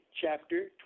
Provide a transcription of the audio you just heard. chapter